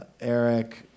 Eric